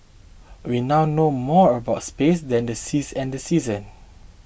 we now know more about space than the seas and seasons